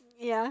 ya